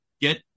get